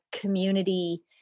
community